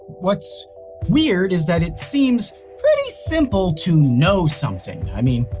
what's weird, is that it seems pretty simple to know something. i mean,